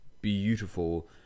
beautiful